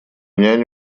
няня